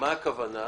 למה הכוונה?